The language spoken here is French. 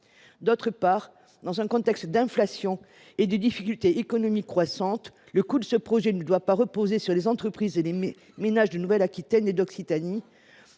outre, dans un contexte d’inflation et de difficultés économiques croissantes, nous estimons que le coût de ce projet ne doit pas reposer sur les entreprises et sur les ménages de Nouvelle Aquitaine et d’Occitanie.